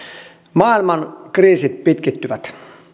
maailman kriisit pitkittyvät